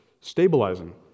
stabilizing